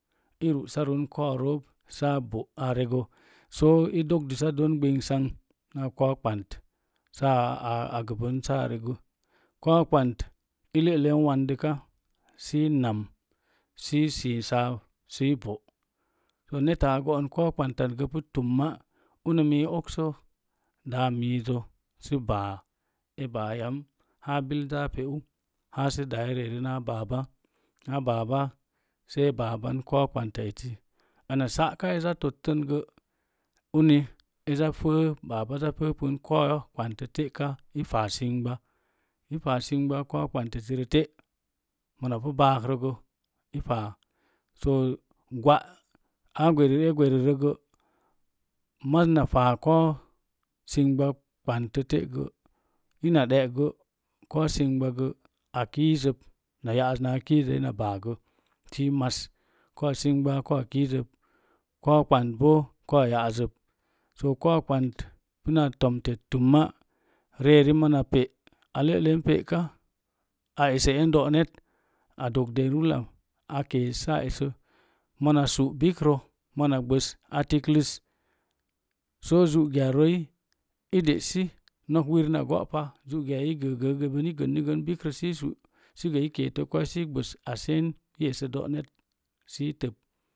A bo’ a regə so, dog dəta don ɓingsang na kou ɓant saa regu kou ɓant sə i sii sausi i bo’ neta a kamn kou ɓanttat pu tumma uni mii okso daa miiz baa see baa yam haa sə bil pen sə dae ri eri na baba sai a baban kou ɓantta eti ana sa'aka eza tottəngə uni fə, baba zaa fəfən kou ɓauttə te'ka i faasingba i faa singba bantta etirə te’ mona pu baak rəgə i faa to gwa’ e gwerirəgə maz na faa kou singba bantə te’ gə ina ɗe'gə kou singba kou kiizən na ya'az na kiizi ina baagə i mas kou singɓa kou kiizəp kou ɓanabo kou ya'azəp to kou ɓaut puna tomte tumma a pe a le'len pe'ka a esə do’ net a dogərlan saa kees sa esə monasu’ bikrə mona ɓəs atikləs sə suke roi i de'si nok wir na go'pa zukeei i gənni gən bikrə si sui si dési